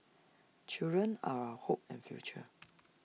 children are our hope and future